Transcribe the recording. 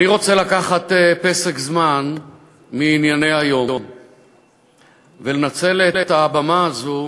אני רוצה לקחת פסק זמן מענייני היום ולנצל את הבמה הזאת